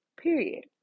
period